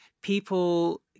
people